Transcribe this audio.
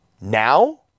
Now